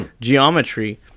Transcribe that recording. geometry